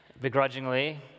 begrudgingly